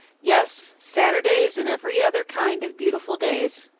yes, saturdays, and every other kind of beautiful days.